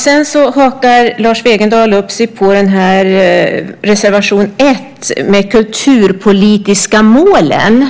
Sedan hakar Lars Wegendal upp sig på de kulturpolitiska målen i reservation 1.